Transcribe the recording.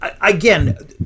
again